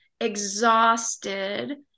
exhausted